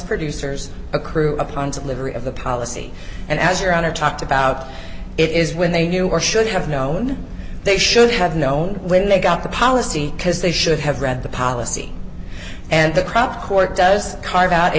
producers accrue opponents of livery of the policy and as your honor talked about it is when they knew or should have known they should have known when they got the policy because they should have read the policy and the crap court does carve out a